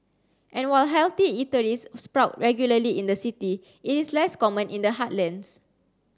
and while healthy eateries sprout regularly in the city it is less common in the heartlands